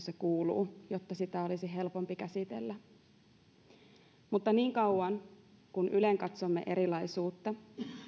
se kuuluu jotta sitä olisi helpompi käsitellä niin kauan kuin ylenkatsomme erilaisuutta